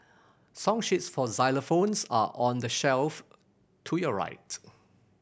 song sheets for xylophones are on the shelf to your right